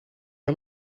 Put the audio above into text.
wel